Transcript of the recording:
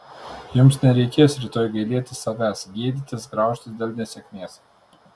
jums nereikės rytoj gailėtis savęs gėdytis graužtis dėl nesėkmės